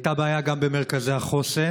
הייתה בעיה גם במרכזי החוסן,